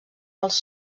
els